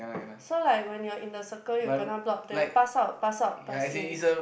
so like when you are in the circle you kena block they will pass out pass out pass in